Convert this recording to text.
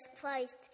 Christ